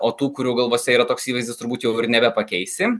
o tų kurių galvose yra toks įvaizdis turbūt jau ir nebepakeisi